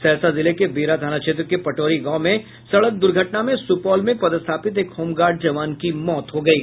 सहरसा जिले के बिहरा थाना क्षेत्र के पटौरी गांव में सड़क दुर्घटना में सुपौल में पदस्थापित एक होम गार्ड जवान की मौत हो गयी